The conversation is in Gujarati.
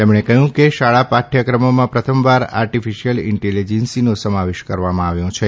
તેમણે કહયું કે શાળા પાઠથક્રમોમાં પ્રથમવાર આર્ટીફીશીલ ઇન્ટેલીજન્સનો સમાવેશ કરાયો છે